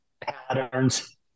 patterns